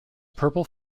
purple